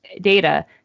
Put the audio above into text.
data